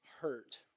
hurt